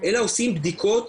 אלא עושים בדיקות,